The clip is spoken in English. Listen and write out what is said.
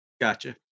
Gotcha